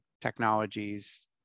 technologies